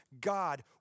God